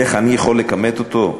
איך אני יכול לכמת אותו?